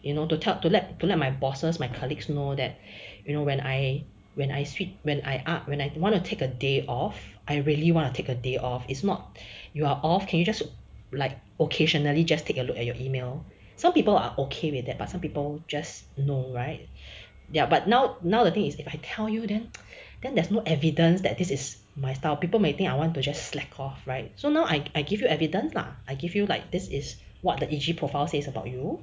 you know to talk to let to let my bosses my colleagues know that you know when I when I sweep when I ah when I wanna take a day off I really want to take a day off is not you are off can you just like occasionally just take a look at your email some people are okay with that but some people just no right there but not now the thing is if I tell you then then there's no evidence that this is my style people may think I want to just slack off right so now I I give you evidence lah I give you like this is what the E_G profile says about you